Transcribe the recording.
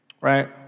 right